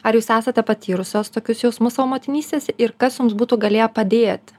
ar jūs esate patyrusios tokius jausmus savo motinystės ir kas jums būtų galėję padėti